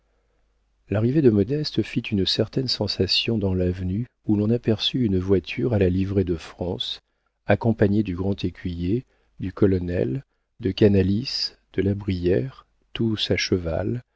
l'arrivée de modeste fit une certaine sensation dans l'avenue où l'on aperçut une voiture à la livrée de france accompagnée du grand écuyer du colonel de canalis de la brière tous à cheval